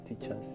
teachers